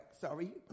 sorry